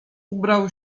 ubrał